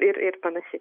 ir ir panašiai